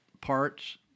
parts